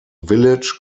village